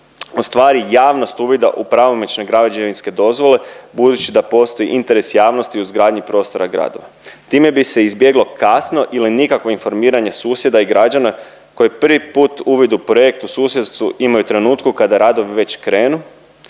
i ostvari javnost uvida u pravomoćne građevinske dozvole budući da postoji interes javnosti u izgradnji prostora gradova. Time bi se izbjeglo kasno ili nikakvo informiranje susjeda i građana koji prvi put uvid u projekt u susjedstvu imaju u trenutku kada radovi već krenu